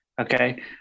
Okay